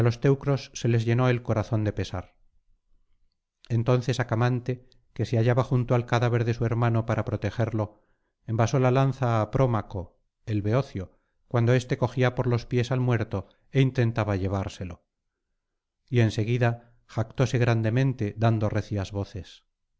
teucros se les llenó el corazón de pesar entonces acamante que se hallaba junto al cadáver de su hermano para protegerlo envasó la lanza á prómaco el beocio cuando éste cogía por los pies al muerto é intentaba llevárselo y en seguida jactóse grandemente dando recias voces